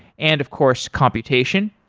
and of course, computation.